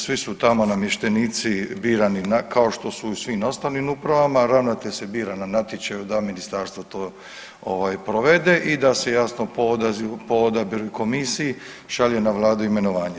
Svi su tamo namještenici birani, kao što su i u svim ostalim upravama, ravnatelj se bira na natječaju da Ministarstvo to ovaj, provede i da se jasno, po odabiru komisiji šalje na Vladu imenovanje.